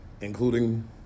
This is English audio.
including